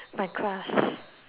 my class